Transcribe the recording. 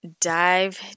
dive